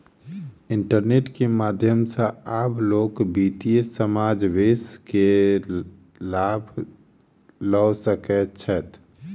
internet के माध्यम सॅ आब लोक वित्तीय समावेश के लाभ लअ सकै छैथ